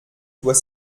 doit